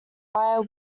buyer